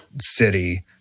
city